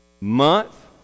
month